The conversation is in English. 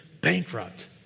bankrupt